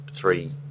three